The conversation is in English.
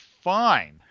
fine